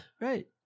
Right